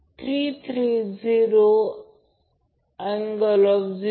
तर Ia फक्त VL√ 3 Zyअँगल 30 असेल